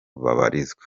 babarizwa